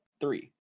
three